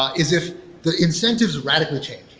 ah is if the incentives radically change.